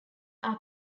are